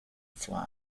flag